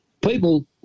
people